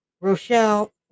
Rochelle